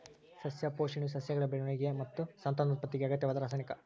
ಸಸ್ಯ ಪೋಷಣೆಯು ಸಸ್ಯಗಳ ಬೆಳವಣಿಗೆ ಮತ್ತು ಸಂತಾನೋತ್ಪತ್ತಿಗೆ ಅಗತ್ಯವಾದ ರಾಸಾಯನಿಕ